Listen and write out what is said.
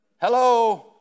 Hello